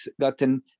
gotten